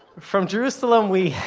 from jerusalem we